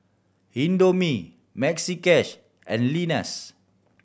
Indomie Maxi Cash and Lenas